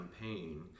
campaign